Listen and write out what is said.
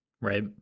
Right